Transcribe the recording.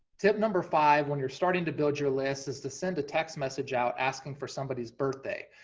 tip number five, when you're starting to build your list is to send a text message out asking for somebody's birthday.